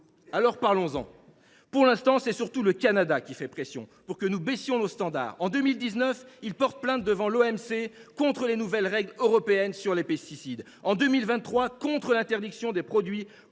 miroirs. Parlons en ! Pour l’instant, c’est surtout le Canada qui fait pression pour que nous baissions nos standards. Il a porté plainte devant l’OMC, en 2019, contre les nouvelles règles européennes sur les pesticides et, en 2023, contre l’interdiction des produits